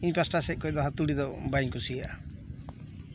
ᱚᱱᱟᱛᱮ ᱤᱧ ᱯᱟᱥᱴᱟ ᱥᱮᱫ ᱠᱷᱚᱱ ᱫᱚ ᱦᱟᱹᱛᱩᱲᱤ ᱫᱚ ᱵᱟᱹᱧ ᱠᱩᱥᱤᱣᱟᱜᱼᱟ